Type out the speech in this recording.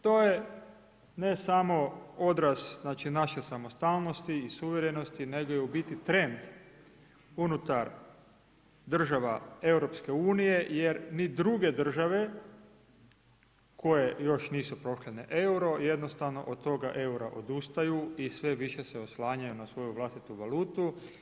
To je, ne samo odraz, znači, naše samostalnosti i suverenosti, nego je u biti trend unutar država EU jer ni druge države koje još nisu prešle na EUR-o jednostavno od toga EUR-a odustaju i sve više se oslanjaju na svoju vlastitu valutu.